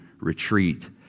retreat